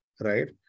right